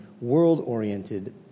world-oriented